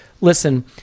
listen